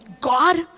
God